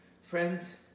Friends